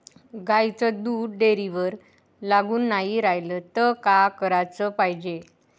गाईचं दूध डेअरीवर लागून नाई रायलं त का कराच पायजे?